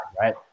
right